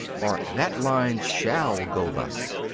or that line shall go thus.